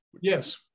Yes